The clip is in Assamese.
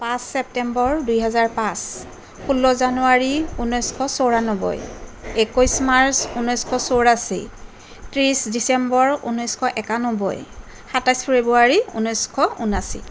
পাঁচ ছেপ্তেম্বৰ দুইহাজাৰ পাঁচ ষোল্ল জানুৱাৰী ঊনৈছশ চৌৰান্নব্বৈ একৈছ মাৰ্চ ঊনৈছশ চৌৰাশী ত্ৰিছ ডিচেম্বৰ ঊনৈছশ একান্নব্বৈ সাতাইছ ফেব্ৰুৱাৰী ঊনৈছশ ঊনাশী